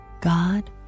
God